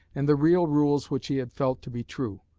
and the real rules which he had felt to be true,